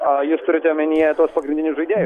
a jūs turite omenyje tuos pagrindinius žaidėjus